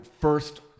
first